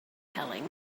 telling